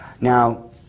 Now